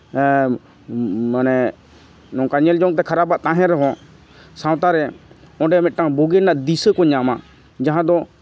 ᱢᱟᱱᱮ ᱱᱚᱝᱠᱟ ᱧᱮᱞ ᱡᱚᱝᱛᱮ ᱠᱷᱟᱨᱟᱯᱟᱜ ᱛᱟᱦᱮᱱ ᱨᱮᱦᱚᱸ ᱥᱟᱶᱛᱟ ᱨᱮ ᱚᱸᱰᱮ ᱢᱤᱫᱴᱟᱱ ᱵᱩᱜᱤ ᱨᱮᱱᱟᱜ ᱫᱤᱥᱟᱹ ᱠᱚ ᱧᱟᱢᱟ ᱡᱟᱦᱟᱸ ᱫᱚ